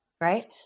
Right